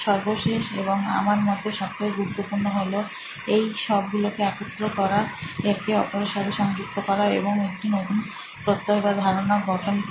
সর্বশেষ এবং আমার মতে সবথেকে গুরুত্বপূর্ণ হলো এই সবগুলোকে একত্র করা একে অপরের সাথে সংযুক্ত করা এবং একটি নতুন প্রত্যয় বা ধারণা গঠন করা